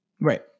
Right